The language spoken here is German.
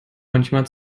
manchmal